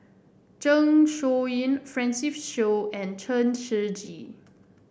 Zeng Shouyin Francis Seow and Chen Shiji